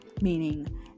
meaning